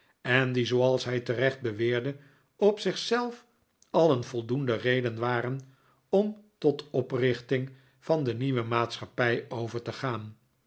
en die zooals hij terecht beweerde op zich zelf al een voldoende reden waren om tot oprichting van de nieuwe maatschappij over te gaan